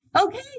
Okay